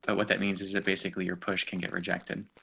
but what that means is that basically your push can get rejected.